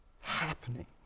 happening